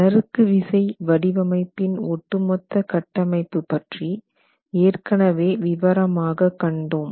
நறுக்கு விசை வடிவமைப்பின் ஒட்டுமொத்த கட்டமைப்பு பற்றி ஏற்கனவே விவரமாக கண்டோம்